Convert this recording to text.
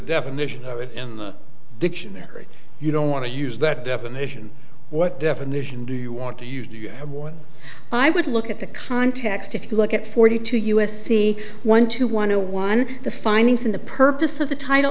definition of it in the dictionary you don't want to use that definition what definition do you want to use what i would look at the context if you look at forty two u s c one to one a one the findings in the purpose of the title